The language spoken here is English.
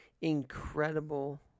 incredible